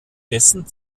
dessen